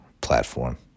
Platform